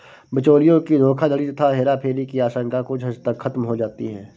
बिचौलियों की धोखाधड़ी तथा हेराफेरी की आशंका कुछ हद तक खत्म हो जाती है